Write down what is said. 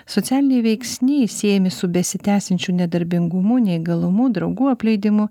socialiniai veiksniai siejami su besitęsiančiu nedarbingumu neįgalumu draugų apleidimu